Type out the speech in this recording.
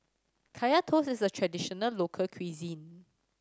Kaya Toast is a traditional local cuisine